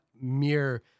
mere